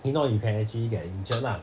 if not you can actually get injured lah